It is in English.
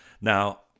Now